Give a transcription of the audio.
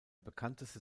bekannteste